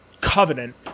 Covenant